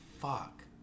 fuck